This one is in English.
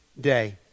day